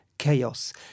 chaos